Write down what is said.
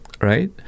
right